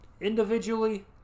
Individually